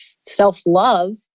self-love